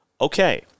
okay